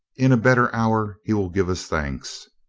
in a better hour he will give us thanks.